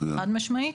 חד משמעית,